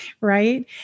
Right